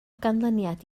ganlyniad